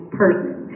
person